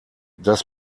das